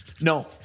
No